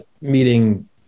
meeting